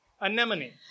Anemone